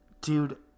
dude